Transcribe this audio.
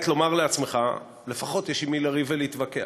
לומר לעצמך: לפחות יש עם מי לריב ולהתווכח.